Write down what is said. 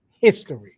history